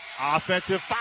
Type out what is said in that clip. Offensive